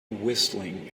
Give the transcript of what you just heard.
whistling